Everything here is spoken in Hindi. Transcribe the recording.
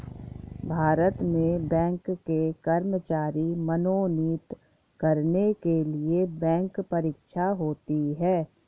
भारत में बैंक के कर्मचारी मनोनीत करने के लिए बैंक परीक्षा होती है